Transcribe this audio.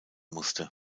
musste